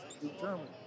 determined